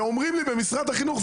ואומרים לי במשרד החינוך,